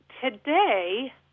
today